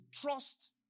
trust